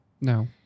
No